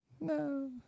No